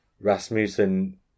Rasmussen